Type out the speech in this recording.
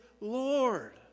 Lord